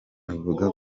avuga